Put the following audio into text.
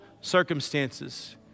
circumstances